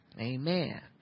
amen